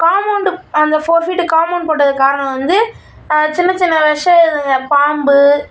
compound அந்த four feet compound போட்டதுக்கு காரணம் வந்து சின்ன சின்ன விஷ இதுங்க பாம்பு